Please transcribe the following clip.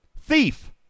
Thief